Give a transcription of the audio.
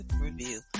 review